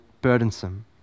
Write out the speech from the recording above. burdensome